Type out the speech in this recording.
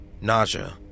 nausea